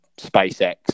SpaceX